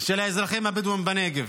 של האזרחים הבדואים בנגב.